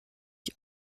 die